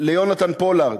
ליונתן פולארד.